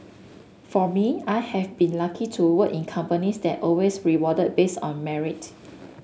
for me I have been lucky to work in companies that always rewarded based on merit